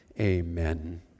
amen